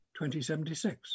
2076